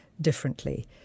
differently